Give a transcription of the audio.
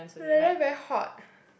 weather very hot